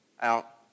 out